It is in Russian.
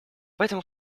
поэтому